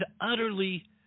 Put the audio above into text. utterly